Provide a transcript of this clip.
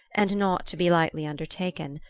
and not to be lightly undertaken.